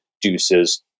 Deuces